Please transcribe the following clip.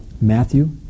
Matthew